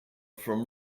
from